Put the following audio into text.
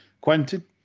Quentin